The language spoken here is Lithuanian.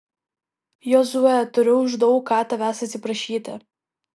jozue turiu už daug ką tavęs atsiprašyti